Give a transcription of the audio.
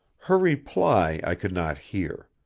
her reply i could not hear.